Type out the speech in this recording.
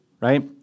right